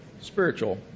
Spiritual